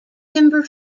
timber